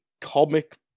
comic